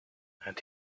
and